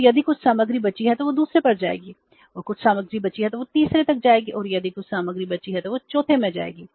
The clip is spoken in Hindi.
फिर यदि कुछ सामग्री बची है तो वह दूसरी पर जाएगी और कुछ सामग्री बची है तो वह तीसरी तक जाएगी और यदि कुछ सामग्री बची है तो वह चौथे में जाएगी